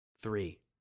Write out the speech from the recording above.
three